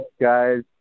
guys